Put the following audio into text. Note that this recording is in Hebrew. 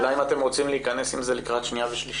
השאלה אם אתם רוצים להיכנס עם זה לקראת קריאה שנייה ושלישית.